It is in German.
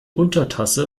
untertasse